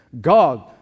God